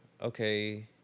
Okay